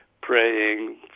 praying